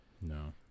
No